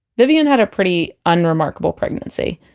vivian had a pretty unremarkable pregnancy.